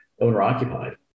owner-occupied